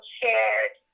shared